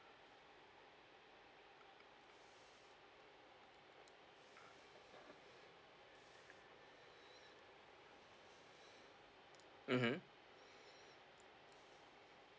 mmhmm